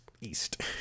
east